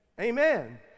Amen